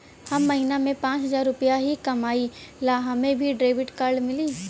हम महीना में पाँच हजार रुपया ही कमाई ला हमे भी डेबिट कार्ड मिली?